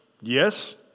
yes